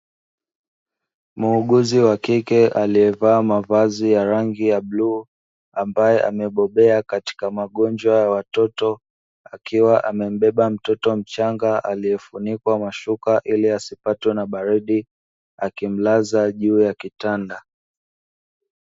Muuguzi wa kike aliyevaa mavazi ya rangi ya bluu ambaye amebobea katika magonjwa ya watoto, akiwa amembeba mtoto mchanga aliyefunikwa mashuka ili asipatwe na baridi akimlaza juu ya kitanda.